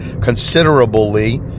considerably